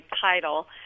title